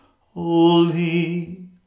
Holy